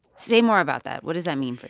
say more about that. what does that mean for